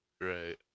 Right